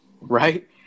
right